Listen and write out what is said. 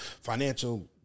financial